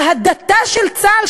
ההדתה של צה"ל,